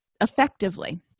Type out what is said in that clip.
effectively